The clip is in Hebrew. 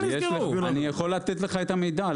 אני יכול לתת לך את המידע.